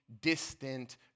distant